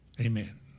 Amen